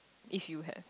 if you had